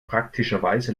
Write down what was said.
praktischerweise